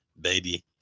baby